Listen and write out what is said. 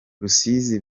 rusizi